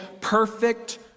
perfect